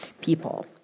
people